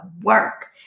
work